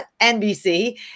NBC